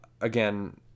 again